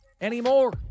anymore